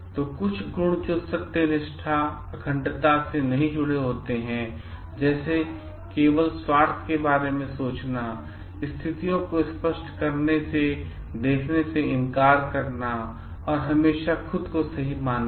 तो कुछ गुण जो सत्यनिष्ठा अखंडता से जुड़े नहीं हो सकते हैं वह हैं जैसे केवल स्वार्थ के बारे में सोचना स्थितियों को स्पष्ट रूप से देखने से इनकार करना और हमेशा खुद को सही मानना